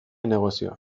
negozioa